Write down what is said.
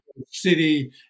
city